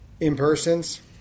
in-persons